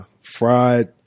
fried